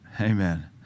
Amen